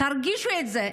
תרגישו את זה.